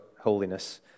Holiness